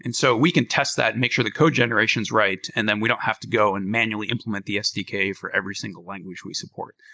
and so we can test that and make sure the code generation is right and then we don't have to go and manually implement the sdk for every single language we support.